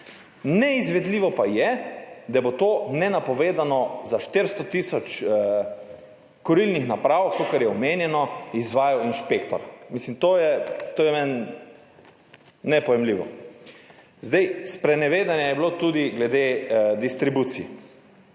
Neizvedljivo pa je, da bo to nenapovedano za 400 tisoč kurilnih naprav, kakor je, omenjeno, izvajal inšpektor. To je meni nepojmljivo. Sprenevedanje je bilo tudi glede distribucij,